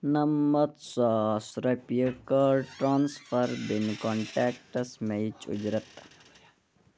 نَمَتھ ساس رۄپیہِ کَر ٹرٛانٕسفَر بیٚنہِ کنٹٮ۪کٹَس مئییِچ اُجرت